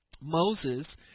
Moses